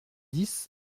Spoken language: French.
dix